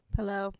Hello